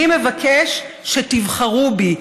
אני מבקש שתבחרו בי,